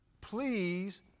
please